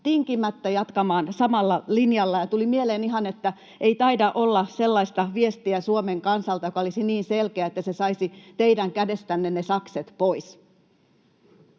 tinkimättä — jatkamaan samalla linjalla, ja tuli ihan mieleen, että ei taida olla sellaista viestiä Suomen kansalta, joka olisi niin selkeä, että se saisi teidän kädestänne ne sakset pois.